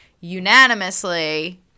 unanimously